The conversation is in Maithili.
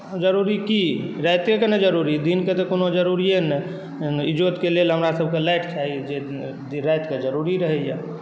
जरुरी की रातिये कऽ नऽ जरुरी दिन कऽ तऽ कोनो जरुरीये नहि ईजोतकेँ लेल हमरा सबके लाइट चाही जे राति कऽ जरुरी रहैया